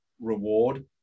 reward